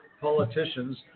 politicians